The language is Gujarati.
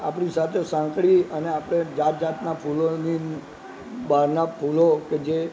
આપણી સાથે સાંકળી અને આપણે જાત જાતના ફૂલોની અને બહારના ફૂલો કે જે